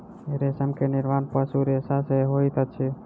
रेशम के निर्माण पशु रेशा सॅ होइत अछि